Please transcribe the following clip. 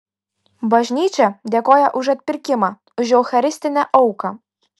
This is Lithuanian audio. bažnyčia dėkoja už atpirkimą už eucharistinę auką